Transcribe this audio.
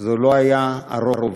זה לא היה הרוב.